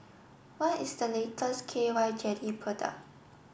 what is the latest K Y jelly product